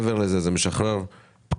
מעבר לכך, זה משחרר פקק